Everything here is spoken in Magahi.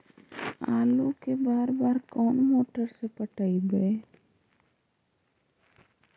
आलू के बार और कोन मोटर से पटइबै?